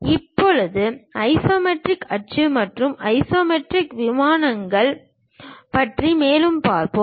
இப்போது ஐசோமெட்ரிக் அச்சு மற்றும் ஐசோமெட்ரிக் விமானங்கள் பற்றி மேலும் பார்ப்போம்